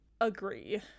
Agree